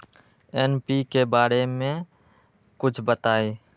NPK बारे म कुछ बताई?